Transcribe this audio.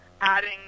adding